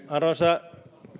arvoisa